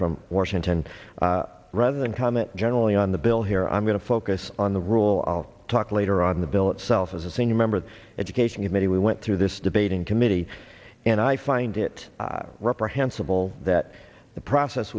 from washington rather than comment generally on the bill here i'm going to focus on the rule talk later on the bill itself as a senior member of the education committee we went through this debate in committee and i find it reprehensible that the process